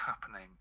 happening